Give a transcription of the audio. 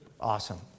awesome